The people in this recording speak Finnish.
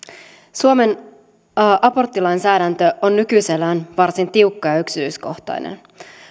suomen aborttilainsäädäntö on nykyisellään varsin tiukka ja yksityiskohtainen